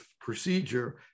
procedure